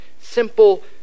simple